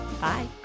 Bye